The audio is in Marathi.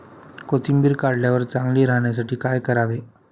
कोथिंबीर काढल्यावर चांगली राहण्यासाठी काय करावे?